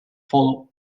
follows